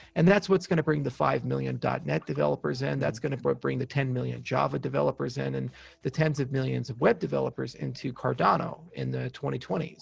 and that's what's going to bring the five million net developers, and that's going to bring the ten million java developers in and the tens of millions of web developers into cardano in the twenty twenty s.